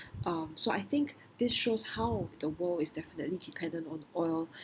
uh so I think this shows how the world is definitely dependent on oil